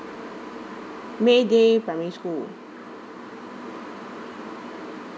mayday primary school